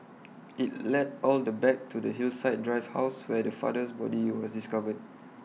IT led all the back to the Hillside drive house where the father's body was discovered